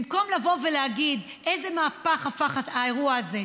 במקום לבוא ולהגיד איזה מהפך עבר האירוע הזה,